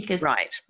Right